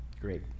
Great